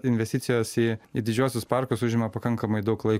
investicijos į į didžiuosius parkus užima pakankamai daug laiko